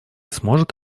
сможет